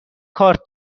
کارت